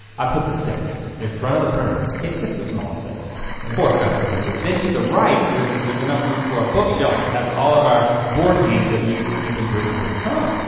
i put the safe. in front of the printer. it's just a small safe. four trapper keepers, then to the right, there's there's enough room for a book shelf that has all of our board games that we used to keep in britton's room. oh.